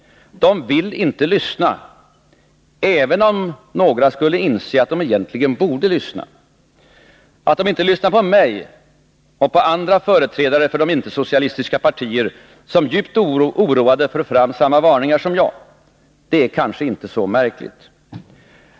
De vill inte lyssna, även om några skulle inse att de egentligen borde lyssna. Att de 6 Riksdagens protokoll 1981/82:172-173 inte lyssnar på mig och på andra företrädare för de icke-socialistiska partier som djupt oroade för fram samma varningar som jag är kanske inte så märkligt.